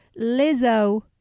Lizzo